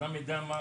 שהאדם ידע מה,